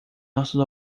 nossos